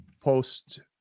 post